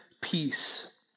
peace